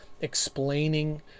explaining